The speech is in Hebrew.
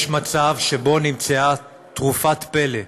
יש מצב שנמצאה תרופת פלא,